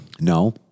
No